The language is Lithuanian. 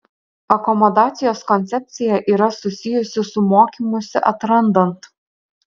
akomodacijos koncepcija yra susijusi su mokymusi atrandant